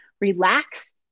relax